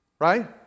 right